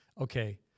okay